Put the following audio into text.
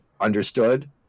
Understood